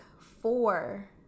four